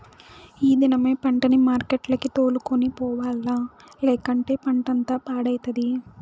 ఈ దినమే పంటని మార్కెట్లకి తోలుకొని పోవాల్ల, లేకంటే పంటంతా పాడైతది